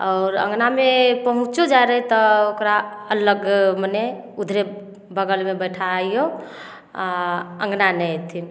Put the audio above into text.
आओर अँगनामे पहुँचो जाइ रहै तऽ ओकरा अलग मने उधरे बगलमे बैठैऔ आओर अँगना नहि अएथिन